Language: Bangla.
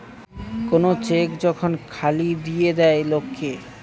কোন চেক যখন খালি দিয়ে দেয় লোক কে